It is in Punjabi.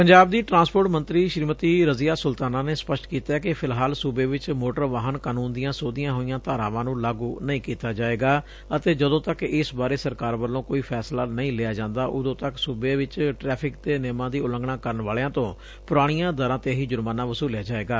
ਪੰਜਾਬ ਦੀ ਟਰਾਂਸਪੋਰਟ ਮੰਤਰੀ ਸ੍ਰੀਮਤੀ ਰਜ਼ੀਆ ਸੁਲਤਾਨਾ ਨੇ ਸਪਸ਼ਟ ਕੀਤੈ ਕਿ ਫਿਲਹਾਲ ਸੁਬੇ ਵਿਚ ਮੋਟਰ ਵਾਹਨ ਕਾਨੁੰਨ ਦੀਆਂ ਸੋਧੀਆਂ ਹੋਈਆਂ ਧਾਰਾਵਾਂ ਨੁੰ ਲਾਗੁ ਨਹੀਂ ਕੀਤਾ ਜਾਏਗਾ ਅਤੇ ਜਦੋਂ ਤੱਕ ਇਸ ਬਾਰੇ ਸਰਕਾਰ ਵਲੋਂ ਕੋਈ ਫੈਸਲਾ ਨਹੀਂ ਲਿਆ ਜਾਂਦਾ ਉਦੋਂ ਤੱਕ ਸੁਬੇ ਵਿਚ ਟੈਫਿਕ ਦੇ ਨਿਯਮਾਂ ਦੀ ਉਲੰਘਣਾ ਕਰਨ ਵਾਲਿਆਂ ਤੋਂ ਪੂਰਾਣੀਆਂ ਦਰਾਂ ਤੇ ਹੀ ਜੁਰਮਾਨਾ ਵਸੁਲਿਆ ਜਾਏਗਾ